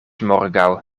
morgaŭ